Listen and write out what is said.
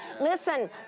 Listen